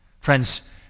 friends